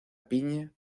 piña